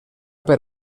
per